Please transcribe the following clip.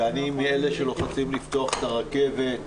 ואני מאלה שלוחצים לפתוח את הרכבת.